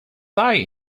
thigh